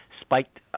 spiked